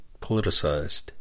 politicized